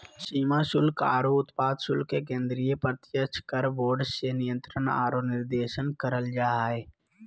सीमा शुल्क आरो उत्पाद शुल्क के केंद्रीय प्रत्यक्ष कर बोर्ड से नियंत्रण आरो निर्देशन करल जा हय